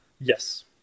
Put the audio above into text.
Yes